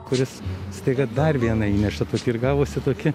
kuris staiga dar vieną įneša ir gavosi tokie